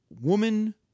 woman